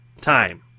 time